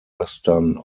western